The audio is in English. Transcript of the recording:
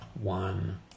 one